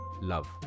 love